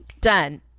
done